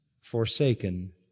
forsaken